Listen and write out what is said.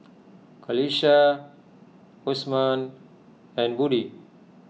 Qalisha Osman and Budi